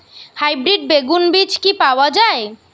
Hybrid বেগুন বীজ কি পাওয়া য়ায়?